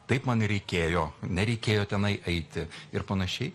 taip man ir reikėjo nereikėjo tenai eiti ir panašiai